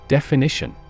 Definition